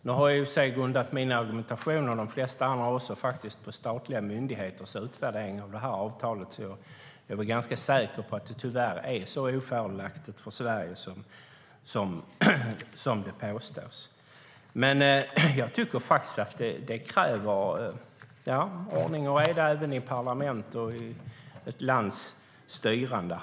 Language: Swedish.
Nu har i och för sig jag och de flesta andra grundat min argumentation på statliga myndigheters utvärdering av avtalet, så jag är ganska säker på att det tyvärr är så ofördelaktigt för Sverige som det påstås. Jag tycker att det krävs ordning och reda även i ett parlament och i ett lands styrande.